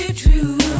true